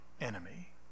enemy